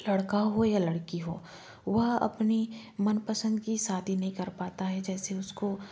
लड़का हो या लड़की हो वह अपनी मनपसंद की शादी नहीं कर पाता है जैसे उसको